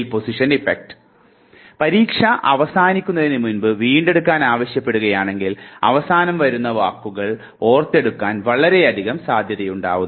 പരീക്ഷ അവസാനിക്കുന്നതിന് മുൻപ് വീണ്ടെടുക്കാൻ ആവശ്യപ്പെടുകയാണെങ്കിൽ അവസാനം വരുന്ന വാക്കുകൾ ഓർത്തെടുക്കാൻ വളരെയധികം സാധ്യതയുണ്ടാവുന്നു